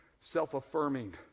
self-affirming